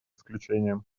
исключением